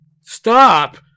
stop